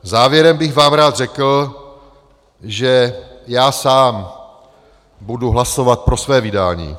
Závěrem bych vám rád řekl, že já sám budu hlasovat pro své vydání.